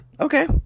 okay